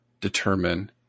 determine